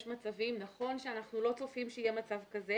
יש מצבים נכון שאנחנו לא צופים שיהיה מצב כזה